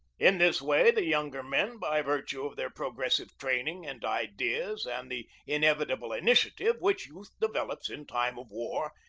in this way the younger men, by virtue of their progressive training and ideas and the inevita ble initiative, which youth develops in time of war,